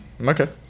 Okay